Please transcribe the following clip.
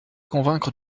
convaincre